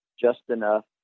just-enough